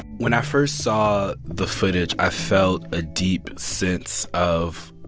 when i first saw the footage, i felt a deep sense of